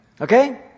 Okay